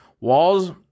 Walls